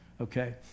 okay